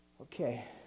Okay